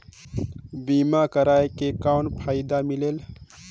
बीमा करवाय के कौन फाइदा मिलेल?